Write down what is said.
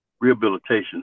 rehabilitation